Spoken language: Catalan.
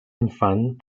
infant